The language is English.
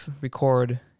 record